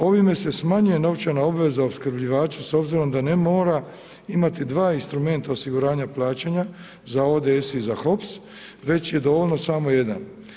Ovime se smanjuje novčana obveza opskrbljivača s obzirom da ne mora imati dva instrumenta osiguranja plaćanja za ODS i za HROPS, već je dovoljno samo jedan.